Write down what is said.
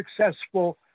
successful